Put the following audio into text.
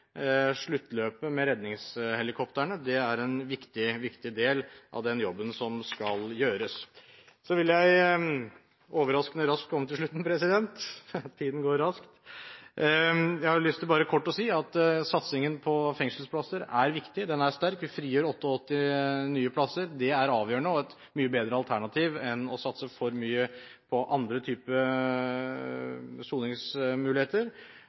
sluttløpet med redningshelikoptrene. Det er en viktig del av den jobben som skal gjøres. Så vil jeg – overraskende raskt – komme til slutten, tiden går raskt. Jeg har lyst til bare kort å si at satsingen på fengselsplasser er viktig. Den er sterk. Vi frigjør 88 nye plasser. Det er avgjørende og et mye bedre alternativ enn å satse for mye på andre typer soningsmuligheter.